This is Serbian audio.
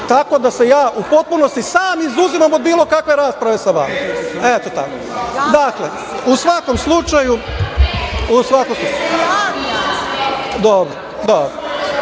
tako da se ja u potpunosti sam izuzimam od bilo kakve rasprave sa vama. Eto tako. Dakle, u svakom slučaju,